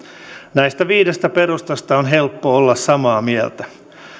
näistä viidestä perustasta on helppo olla samaa mieltä